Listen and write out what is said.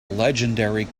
legendary